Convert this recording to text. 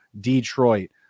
Detroit